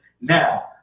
Now